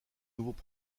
nouveaux